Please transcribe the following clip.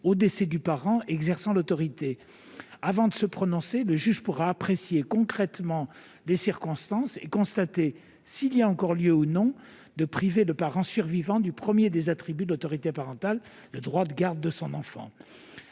au décès du parent exerçant l'autorité. Avant de se prononcer, le juge pourra apprécier concrètement les circonstances et constater s'il y a encore lieu ou non de priver le parent survivant du premier des attributs de l'autorité parentale, le droit de garde de son enfant.